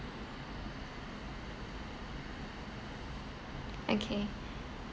okay